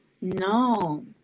No